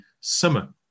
summer